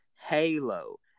Halo